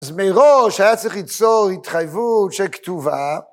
אז מראש היה צריך ליצור התחייבות שכתובה.